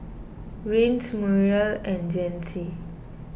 Rance Muriel and Jacey